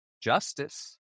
justice